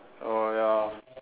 err ya